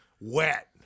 wet